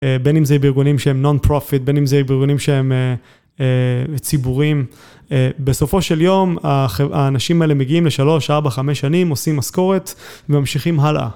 בין אם זה בארגונים שהם נון פרופיט, בין אם זה בארגונים שהם ציבורים. בסופו של יום, האנשים האלה מגיעים לשלוש, ארבע, חמש שנים, עושים מסקורת וממשיכים הלאה.